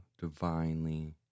divinely